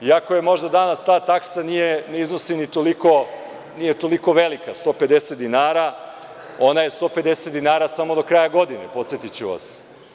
Iako danas možda ta taksa nije toliko velika, 150 dinara, ona je 150 dinara samo do kraja godine, podsetiću vas.